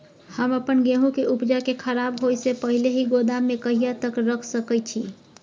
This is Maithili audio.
हम अपन गेहूं के उपजा के खराब होय से पहिले ही गोदाम में कहिया तक रख सके छी?